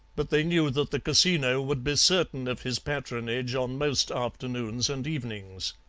but they knew that the casino would be certain of his patronage on most afternoons and evenings.